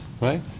right